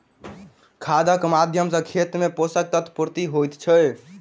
खादक माध्यम सॅ खेत मे पोषक तत्वक पूर्ति होइत छै